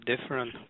different